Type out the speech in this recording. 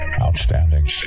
outstanding